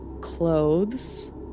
clothes